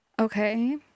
Okay